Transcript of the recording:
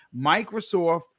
microsoft